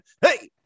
Hey